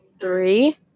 Three